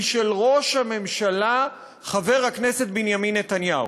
היא של ראש הממשלה, חבר הכנסת בנימין נתניהו.